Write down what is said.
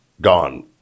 gone